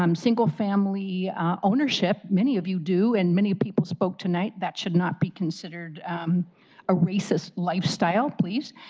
um single-family ownership, many of you do, and many people spoke tonight, that should not be considered a racist lifestyle, please,